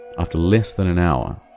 after less than an hour,